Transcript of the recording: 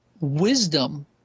wisdom